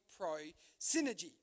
pro-synergy